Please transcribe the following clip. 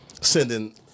sending